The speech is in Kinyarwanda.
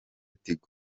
tigo